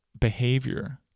behavior